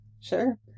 Sure